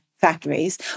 factories